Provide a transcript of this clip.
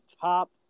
top